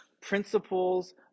principles